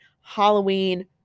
Halloween